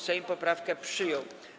Sejm poprawkę przyjął.